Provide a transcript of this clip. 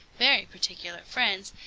very particular friends,